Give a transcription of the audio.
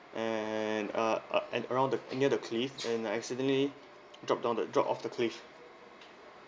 and uh uh and around the near the cliff and accidentally drop down the drop off the cliff